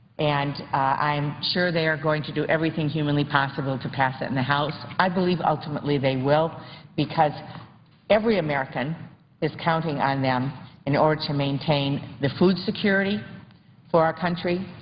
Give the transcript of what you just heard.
and i'm sure they are going to do everything humanly possible to pass it in the house. i believe ultimately they will because every american is counting on them in order to maintain the food security for our country,